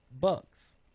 Bucks